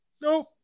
Nope